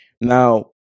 now